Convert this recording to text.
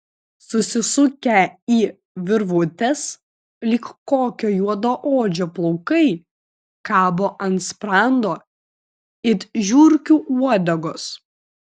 susisukę į virvutes lyg kokio juodaodžio plaukai kabo ant sprando it žiurkių uodegos